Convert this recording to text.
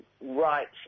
rights